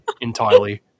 entirely